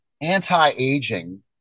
anti-aging